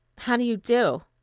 how do you do?